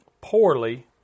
poorly